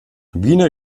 wiener